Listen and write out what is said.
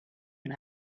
and